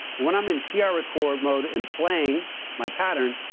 and when i'm in tr-record mode and playing my pattern,